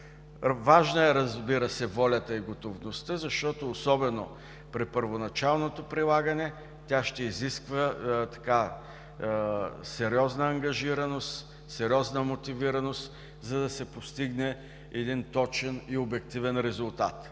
Важна е, разбира се, волята и готовността, защото особено при първоначалното прилагане тя ще изисква сериозна ангажираност и мотивираност, за да се постигне един точен и обективен резултат,